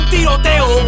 Tiroteo